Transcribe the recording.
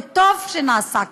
וטוב שנעשה כך.